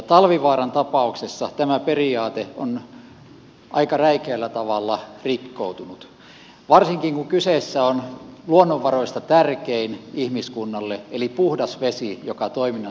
talvivaaran tapauksessa tämä periaate on aika räikeällä tavalla rikkoutunut varsinkin kun kyseessä on ihmiskunnalle luonnonvaroista tärkein eli puhdas vesi joka toiminnan seurauksena vaarantuu